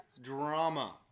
drama